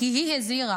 כי היא הזהירה.